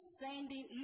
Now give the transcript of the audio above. sending